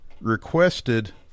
requested